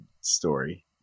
story